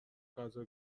غذا